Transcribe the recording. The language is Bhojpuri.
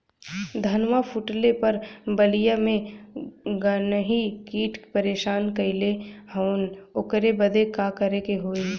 धनवा फूटले पर बलिया में गान्ही कीट परेशान कइले हवन ओकरे बदे का करे होई?